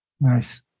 Nice